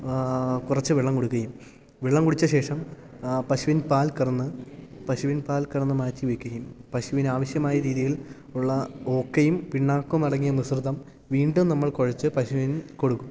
കുറച്ച് വെള്ളം കൊടുക്കുകയും വെള്ളം കുടിച്ച ശേഷം പശുവിൻ പാൽ കറന്ന് പശുവിൻ പാൽ കറന്നു മാറ്റി വെക്കുകയും പശുവിനാവശ്യമായ രീതിയിൽ ഉള്ള ഓക്കയും പിണ്ണാക്കുമടങ്ങിയ മിശ്രിതം വീണ്ടും നമ്മൾ കുഴച്ച് പശുവിനു കൊടുക്കും